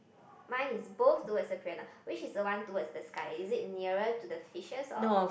mine is both towards the piranha lah which is the one towards the sky is it nearer to the fishes or